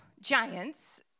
giants